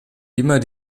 immer